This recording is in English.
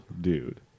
dude